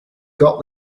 got